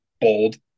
bold